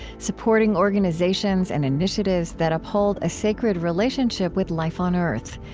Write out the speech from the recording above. supporting organizations and initiatives that uphold a sacred relationship with life on earth.